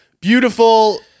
Beautiful